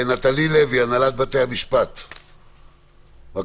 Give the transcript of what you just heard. נטלי לוי מהנהלת בתי המשפט, בבקשה.